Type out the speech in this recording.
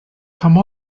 come